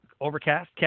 Overcast